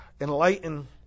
enlighten